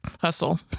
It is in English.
hustle